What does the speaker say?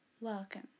welcome